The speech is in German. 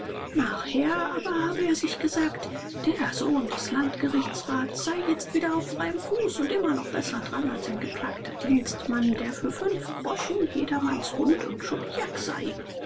nachher aber habe er sich gesagt der sohn des landgerichtsrats sei jetzt wieder auf freiem fuß und immer noch besser daran als ein geplagter dienstmann der für fünf groschen jedermanns hund und schubjak sei